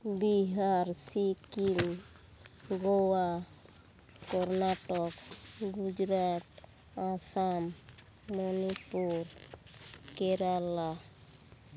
Bihar Sikkim Goa Karnataka Gujarat Assam Manipur Kerala